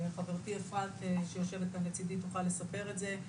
חברתי אפרת שיושבת כאן לצדי תוכל לספר את זה.